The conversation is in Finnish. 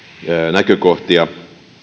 näkökohtia